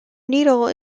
needle